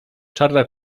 czarna